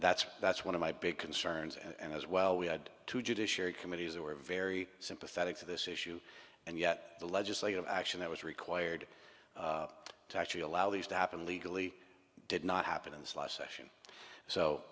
that's that's one of my big concerns and as well we had to judiciary committees who are very sympathetic to this issue and yet the legislative action that was required to actually allow these to happen legally did not happen in this last session so